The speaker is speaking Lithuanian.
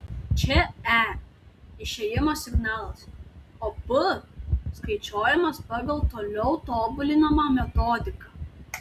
čia e išėjimo signalas o p skaičiuojamas pagal toliau tobulinamą metodiką